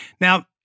Now